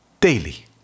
daily